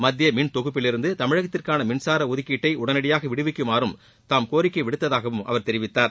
மத்திய மின் தொகுப்பில் இருந்து தமிழகத்திற்கான மின்சார ஒதுக்கீட்டை உடனடியாக விடுவிக்குமாறும் தாம் கோரிக்கை விடுத்ததாக அவர் தெரிவித்தார்